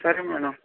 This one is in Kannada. ಸರಿ ಮೇಡಮ್